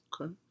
Okay